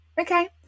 Okay